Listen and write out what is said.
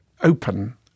open